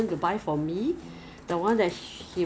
usually they have they have 比较薄的